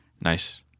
nice